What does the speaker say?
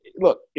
look